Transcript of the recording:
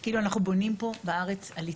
כאילו אנחנו בונים פה בארץ על התנדבות.